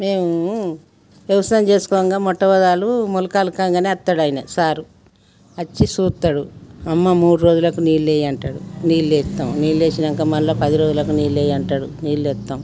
మేము వ్యవసాయం చేసుకోగా మొట్టమయాలు మొలకలు కాంగానే వస్తాడు ఆయన సారు వచ్చి చూస్తాడు అమ్మ మూడు రోజులకి నీళ్ళు వెయ్యి అంటాడు నీళ్ళు వేస్తాం నీళ్ళు వేసినాక మళ్ళీ పది రోజులకి నీళ్ళు వెయ్యి అంటాడు నీళ్ళు వేస్తాం